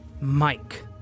Mike